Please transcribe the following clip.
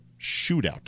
shootout